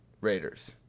Raiders